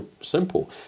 simple